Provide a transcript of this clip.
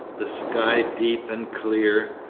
the sky deep and clear.